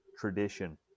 Tradition